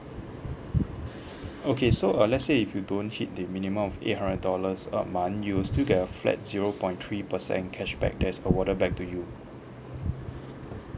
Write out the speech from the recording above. okay so uh let's say if you don't hit the minimum of eight hundred dollars a month you will still get a flat zero point three percent cashback that's awarded back to you